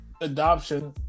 adoption